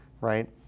right